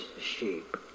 sheep